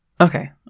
Okay